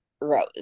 Rose